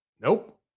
Nope